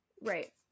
Right